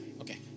Okay